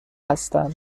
هستم